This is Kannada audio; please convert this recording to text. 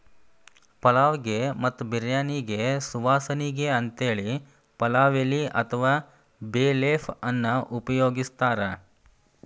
ಪಲಾವ್ ಗೆ ಮತ್ತ ಬಿರ್ಯಾನಿಗೆ ಸುವಾಸನಿಗೆ ಅಂತೇಳಿ ಪಲಾವ್ ಎಲಿ ಅತ್ವಾ ಬೇ ಲೇಫ್ ಅನ್ನ ಉಪಯೋಗಸ್ತಾರ